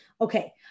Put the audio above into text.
Okay